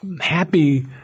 happy